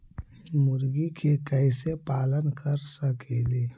मुर्गि के कैसे पालन कर सकेली?